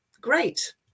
Great